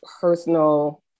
personal